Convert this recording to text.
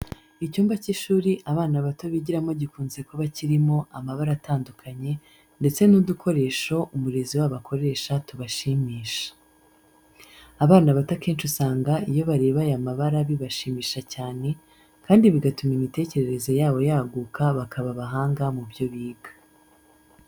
Icyumba cy'ishuri abana bato bigiramo gikunze kuba kirimo amabara atandukanye, ndetse n'udukoresho umurezi wabo akoresha tubashimisha. Abana bato akenshi usanga iyo bareba aya mabara bibashimisha cyane, kandi bigatuma imitekerereze yabo yaguka bakaba abahanga mu byo biga.